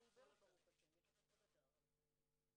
נתחיל את הדיון עם הפונים.